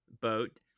boat